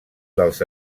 dels